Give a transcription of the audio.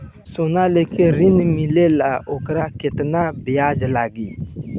सोना लेके ऋण मिलेला वोकर केतना ब्याज लागी?